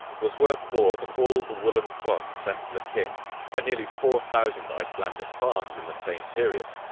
was worth more than all the woolen cloth sent to the king by nearly four thousand icelandic farms in the same period.